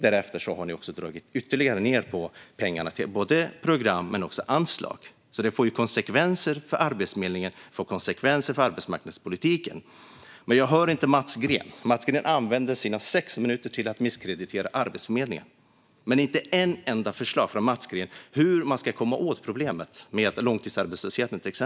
Därefter har man dragit ned ytterligare på både program och anslag. Det får alltså konsekvenser för Arbetsförmedlingen och för arbetsmarknadspolitiken. Men jag hörde inte Mats Green säga någonting om detta. Han använde sina sex minuter till att misskreditera Arbetsförmedlingen. Men Mats Green hade inte ett enda förslag om hur man ska komma åt problemet med till exempel långtidsarbetslösheten.